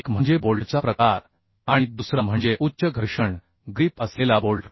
एक म्हणजे बोल्टचा प्रकार आणि दुसरा म्हणजे उच्च घर्षण ग्रिप असलेला बोल्ट